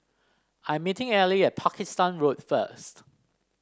I'm meeting Elie at Pakistan Road first